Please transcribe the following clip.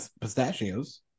pistachios